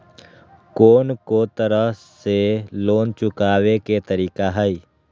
कोन को तरह से लोन चुकावे के तरीका हई?